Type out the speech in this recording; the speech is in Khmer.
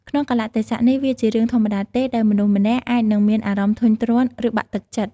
ក្នុងកាលៈទេសៈនេះ វាជារឿងធម្មតាទេដែលមនុស្សម្នាក់អាចនឹងមានអារម្មណ៍ធុញទ្រាន់ ឬបាក់ទឹកចិត្ត។